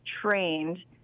trained